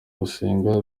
gusenga